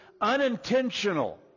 unintentional